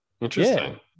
Interesting